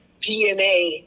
DNA